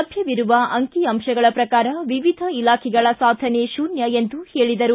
ಲಭ್ಯವಿರುವ ಅಂಕಿಅಂಶಗಳ ಪ್ರಕಾರ ವಿವಿಧ ಇಲಾಖೆಗಳ ಸಾಧನೆ ಶೂನ್ಯ ಎಂದು ಹೇಳಿದರು